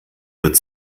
wird